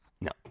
No